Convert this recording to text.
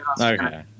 okay